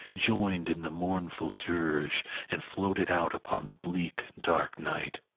joined in the mournful dirge and floated out upon the bleak, dark night.